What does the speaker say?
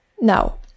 Now